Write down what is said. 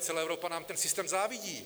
A celá Evropa nám ten systém závidí.